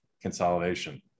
consolidation